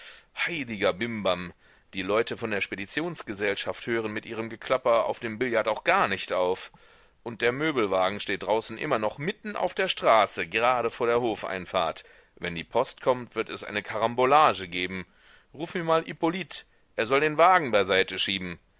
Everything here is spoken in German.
heiliger bimbam die leute von der speditionsgesellschaft hören mit ihrem geklapper auf dem billard auch gar nicht auf und der möbelwagen steht draußen immer noch mitten auf der straße gerade vor der hofeinfahrt wenn die post kommt wird es eine karambolage geben ruf mir mal hippolyt er soll den wagen beiseiteschieben